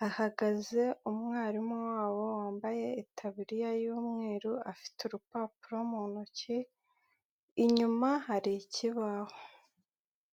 hahagaze umwarimu wabo wambaye itaburiya y'umweru afite urupapuro mu ntoki, inyuma hari ikibaho.